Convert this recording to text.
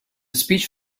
speech